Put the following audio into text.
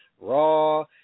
Raw